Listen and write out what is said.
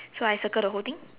so I circle the whole thing